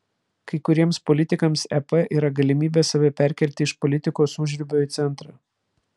kai kuriems politikams ep yra galimybė save perkelti iš politikos užribio į centrą